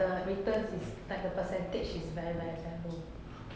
or like the returns like the percentage is very very very low